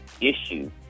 issue